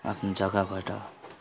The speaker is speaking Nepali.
आफ्नो जग्गाबाट